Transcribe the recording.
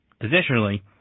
Additionally